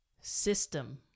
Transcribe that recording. system